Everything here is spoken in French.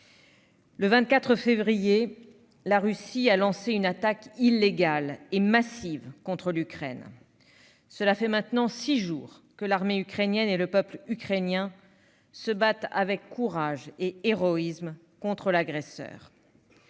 Le 24 février dernier, la Russie a lancé une attaque illégale et massive contre l'Ukraine. Cela fait maintenant six jours que l'armée ukrainienne et le peuple ukrainien se battent avec courage et héroïsme contre l'agresseur.